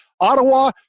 Ottawa